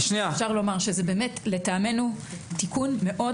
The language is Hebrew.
אפשר לומר שזה באמת לטעמנו תיקון מאוד